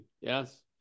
yes